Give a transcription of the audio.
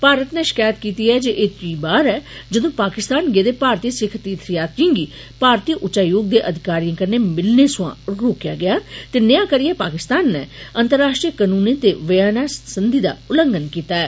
भारत ने शकैत कीती ऐ जे ए त्री बार ऐ जदूं पाकिस्तान गेदे भारतीय सिक्ख तीर्थ यात्रियें गी भारतीय उच्चायोग दे अधिकारियें कन्नै मिलने सोयां रोकेआ गेआ ते नेया करियै पाकिस्तान ने अंतर्राष्ट्रीय कनूने ते वियना सन्धि दा उल्लंघन कीता ऐ